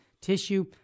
tissue